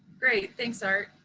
great. thanks, art.